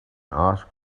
asked